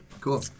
Cool